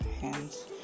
hands